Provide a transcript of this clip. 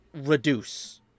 reduce